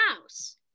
house